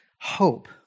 hope